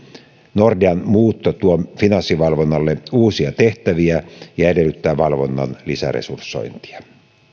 nordean muutto tuo finanssivalvonnalle uusia tehtäviä ja edellyttää valvonnan lisäresursointia